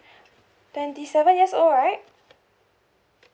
twenty seven years old right